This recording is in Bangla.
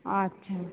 আচ্ছা